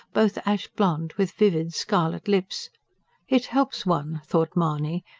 both ash-blond, with vivid scarlet lips it helps one, thought mahony,